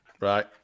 Right